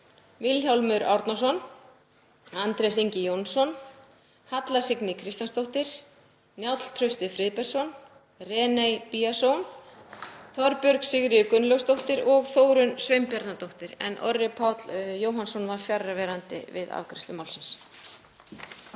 Vilhjálmur Árnason, Andrés Ingi Jónsson, Halla Signý Kristjánsdóttir, Njáll Trausti Friðbertsson, René Biasone, Þorbjörg Sigríður Gunnlaugsdóttir og Þórunn Sveinbjarnardóttir. Orri Páll Jóhannsson var fjarverandi við afgreiðslu málsins.